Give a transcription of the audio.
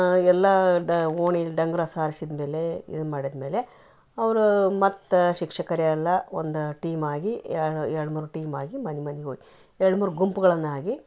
ಎಲ್ಲಾ ಡ ಓಣಿಯಲ್ಲಿ ಡಂಗೂರ ಸಾರಿಸಿದ ಮೇಲೆ ಇದು ಮಾಡಿದ್ ಮೇಲೆ ಅವರು ಮತ್ತೆ ಆ ಶಿಕ್ಷಕರೆಲ್ಲ ಒಂದಾ ಟೀಮ್ ಆಗಿ ಎರಡು ಎರಡು ಮೂರು ಟೀಮ್ ಆಗಿ ಮನಿ ಮನಿಗೆ ಹೋಗಿ ಎರಡು ಮೂರು ಗುಂಪುಗಳನ್ನಾಗಿ